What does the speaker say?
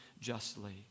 justly